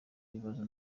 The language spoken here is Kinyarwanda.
ibibazo